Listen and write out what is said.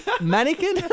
Mannequin